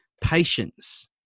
patience